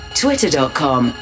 twitter.com